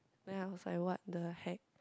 ya it's like what the heck